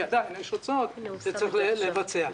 כי עדיין יש הוצאות שצריך לבצע.